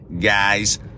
guys